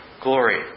glory